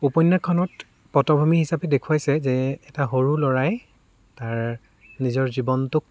উপন্যাসখনত পটভূমি হিচাপে দেখুৱাইছে যে এটা সৰু ল'ৰাই তাৰ নিজৰ জীৱনটোক